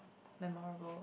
memorable